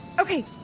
Okay